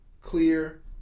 clear